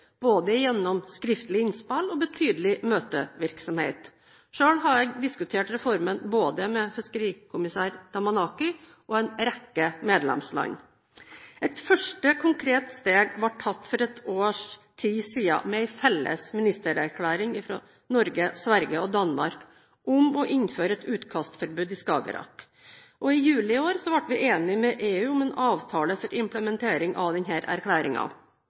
både gjennom skriftlige innspill og betydelig møtevirksomhet. Selv har jeg diskutert reformen både med fiskerikommissær Damanaki og en rekke medlemsland. Et første konkret steg ble tatt for ett års tid siden, med en felles ministererklæring fra Norge, Sverige og Danmark om å innføre et utkastforbud i Skagerrak. I juli i år ble vi enige med EU om en avtale for implementering av